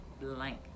Blank